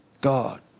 God